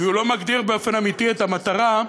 כי הוא לא מגדיר באופן אמיתי את המטרה,